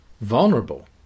vulnerable